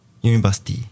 University